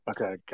Okay